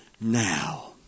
Now